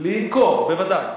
"למכור", בוודאי.